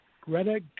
Greta